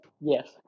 Yes